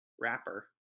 wrapper